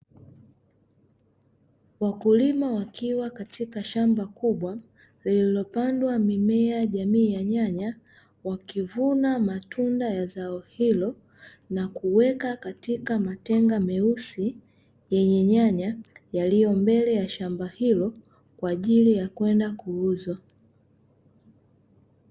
Wakulima wakiwa katika shamba kubwa, lililopandwa mimea jamii ya nyanya, wakivuna matunda ya zao hilo na kuweka katika matenga meusi, yenye nyanya yaliyombele ya shamba hilo, kwaajili ya kwenda kuuzwa.